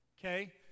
okay